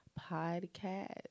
podcast